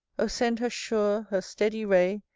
o send her sure, her steady ray,